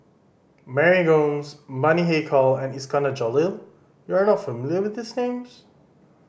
Mary Gomes Bani Haykal and Iskandar Jalil you are not familiar with these names